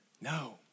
No